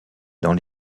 dans